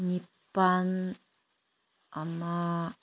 ꯅꯤꯄꯥꯜ ꯑꯃ